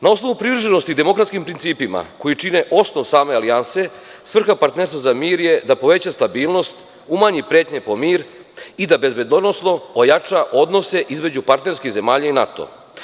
Na osnovu privrženosti i demokratskim principima koji čine osnov same alijanse svrha partnerstva za mir je da poveća stabilnog, umanji pretnje po mir i da bezbednosno ojača odnose između partnerskih zemalja i NATO.